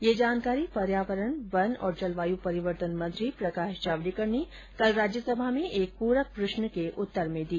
यह जानकारी पर्यावरण वन और जलवायु परिवर्तन मंत्री प्रकाश जावड़ेकर ने कल राज्यसमा में एक प्रश्न के उत्तर में दी